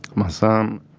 my son